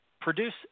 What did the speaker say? produce